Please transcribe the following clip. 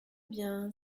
bien